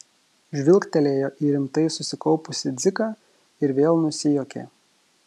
žvilgtelėjo į rimtai susikaupusį dziką ir vėl nusijuokė